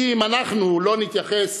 כי אם אנחנו לא נתייחס